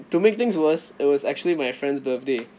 to make things worse it was actually my friend's birthday